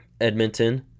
Edmonton